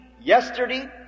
yesterday